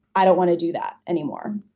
i don't want to do that anymore.